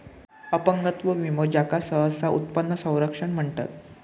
अपंगत्व विमो, ज्याका सहसा उत्पन्न संरक्षण म्हणतत